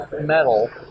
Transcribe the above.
metal